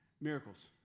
Miracles